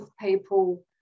people